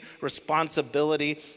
responsibility